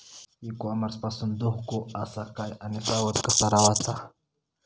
E commerce पासून धोको आसा काय आणि सावध कसा रवाचा?